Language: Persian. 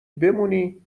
بمونی